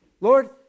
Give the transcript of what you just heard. Lord